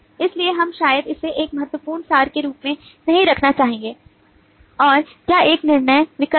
इसलिए हम शायद इसे एक महत्वपूर्ण सार के रूप में नहीं रखना चाहेंगे और यह एक निर्णय विकल्प है